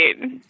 right